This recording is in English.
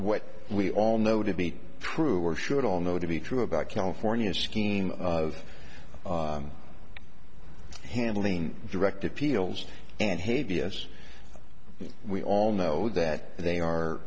what we all know to be prove or should all know to be true about california scheme of handling direct appeals and hey b s we all know that they are